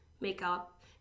makeup